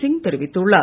சிங் தெரிவித்துள்ளார்